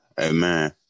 Amen